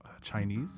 chinese